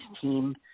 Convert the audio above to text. team